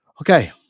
Okay